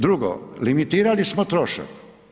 Drugo, limitirali smo trošak.